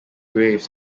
graves